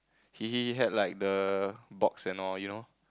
he he had like the box and all you know